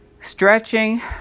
stretching